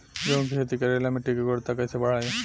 गेहूं के खेती करेला मिट्टी के गुणवत्ता कैसे बढ़ाई?